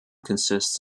consists